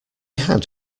had